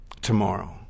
Tomorrow